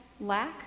lack